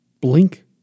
blink